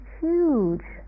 huge